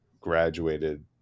graduated